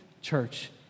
church